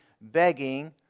begging